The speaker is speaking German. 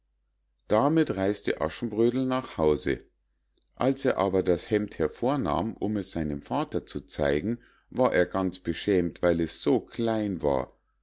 damit reis'te aschenbrödel nach hause als er aber das hemd hervornahm um es seinem vater zu zeigen war er ganz beschämt weil es so klein war